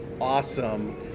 awesome